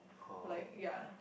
like ya